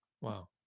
Wow